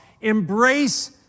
embrace